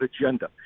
agenda